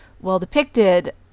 well-depicted